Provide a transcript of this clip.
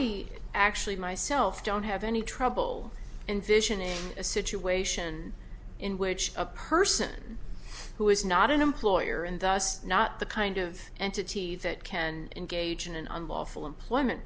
actually myself don't have any trouble and vision is a situation in which a person who is not an employer and thus not the kind of entity that can engage in an unlawful employment